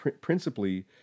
principally